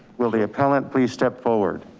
will the appellant please step forward?